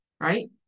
Right